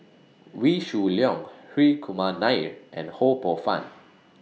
Wee Shoo Leong Hri Kumar Nair and Ho Poh Fun